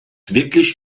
wirklich